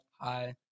Hi